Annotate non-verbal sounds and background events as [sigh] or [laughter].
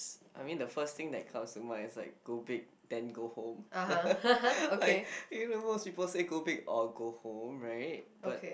I mean the first thing that comes to mind is like go big then go home [laughs] like you know that most people say go big or go home right but